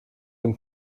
dem